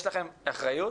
יש לכם אחריות